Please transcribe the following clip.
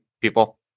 people